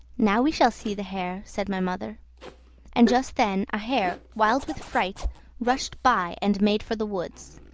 now we shall see the hare, said my mother and just then a hare wild with fright rushed by and made for the woods.